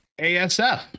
ASF